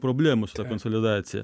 problemų su ta konsolidacija